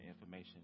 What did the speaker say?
information